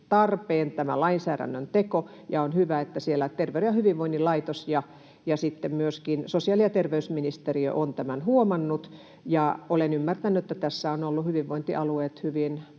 tarpeen, ja on hyvä, että siellä Terveyden ja hyvinvoinnin laitos ja myöskin sosiaali- ja terveysministeriö ovat tämän huomanneet. Olen ymmärtänyt, että tässä ovat olleet hyvinvointialueet hyvin,